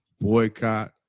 boycott